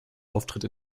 auftritt